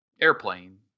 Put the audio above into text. Airplane